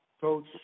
Coach